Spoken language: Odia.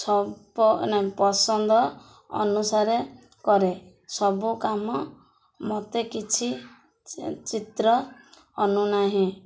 ସପ ନାଇଁ ପସନ୍ଦ ଅନୁସାରେ କରେ ସବୁ କାମ ମୋତେ କିଛି ଚିତ୍ର ଅନୁନାହିଁ